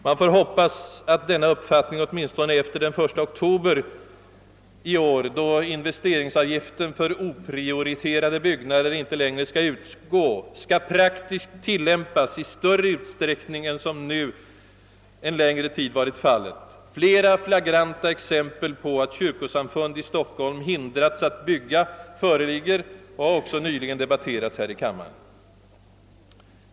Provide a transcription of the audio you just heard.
Man får hoppas att denna uppfattning, åtminstone efter den 1 oktober i år — då investeringsavgiften för oprioriterade byggnader inte längre skall utgå — skall få praktisk tillämpning i större utsträckning än som nu varit fallet under en längre tid. Flagranta exempel på att kyrkosamfund i Stockholm hindrats att bygga föreligger och har nyligen debatterats här i kammaren.